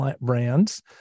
brands